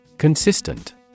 Consistent